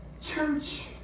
church